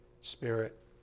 spirit